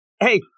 hey